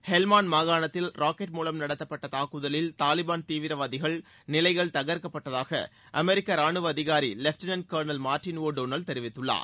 Helmand மாகாணத்தில் rocket மூலம் நடத்தப்பட்ட தாக்குதலில் தாலிபான் தீவிரவாதிகள் நிலைகள் தகர்க்கப்பட்டதாக அமெரிக்க ரானுவ அதிகாரி லெப்டினெட் கர்னல் மார்ட்டின் தெரிவித்துள்ளார்